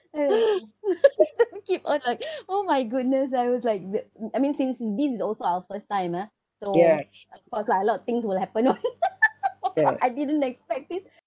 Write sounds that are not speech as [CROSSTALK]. [BREATH] !huh! keep on like [BREATH] oh my goodness I was like the I mean since this is also our first time ah so um of course lah a lot things will happen [one] [LAUGHS] I didn't expect it [BREATH]